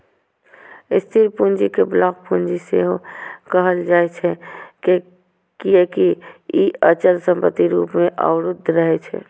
स्थिर पूंजी कें ब्लॉक पूंजी सेहो कहल जाइ छै, कियैकि ई अचल संपत्ति रूप मे अवरुद्ध रहै छै